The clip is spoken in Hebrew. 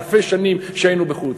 אלפי שנים שהיינו בחוץ.